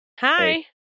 Hi